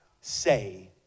say